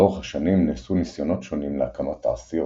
לאורך השנים נעשו ניסיונות שונים להקמת תעשיות,